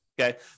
okay